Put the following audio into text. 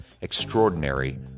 Extraordinary